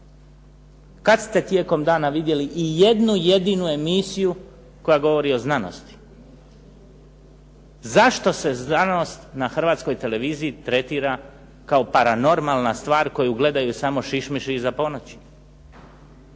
Kad ste tijekom dana vidjeli i jednu jedinu emisiju koja govori o znanosti? Zašto se znanost na Hrvatskoj televiziji tretira kao paranormalna stvar koju gledaju samo šišmiši iza ponoći?